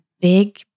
big